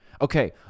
Okay